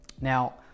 Now